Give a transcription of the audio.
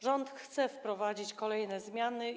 Rząd chce wprowadzić kolejne zmiany.